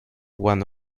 one